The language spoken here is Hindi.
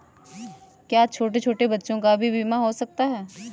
क्या छोटे छोटे बच्चों का भी बीमा हो सकता है?